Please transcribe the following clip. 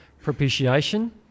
propitiation